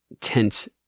tense